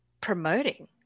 promoting